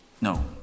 No